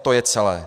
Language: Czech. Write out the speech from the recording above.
To je celé.